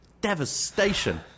devastation